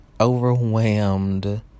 overwhelmed